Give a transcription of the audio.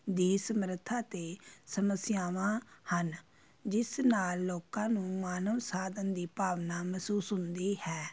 ਦੀ ਸਮਰੱਥਾ ਅਤੇ ਸਮੱਸਿਆਵਾਂ ਹਨ ਜਿਸ ਨਾਲ ਲੋਕਾਂ ਨੂੰ ਮਾਨਵ ਸਾਧਨ ਦੀ ਭਾਵਨਾ ਮਹਿਸੂਸ ਹੁੰਦੀ ਹੈ